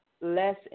Less